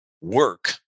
work